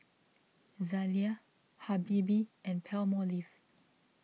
Zalia Habibie and Palmolive